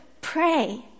pray